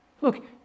Look